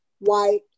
white